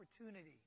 opportunity